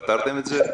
פתרתם את זה?